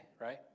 right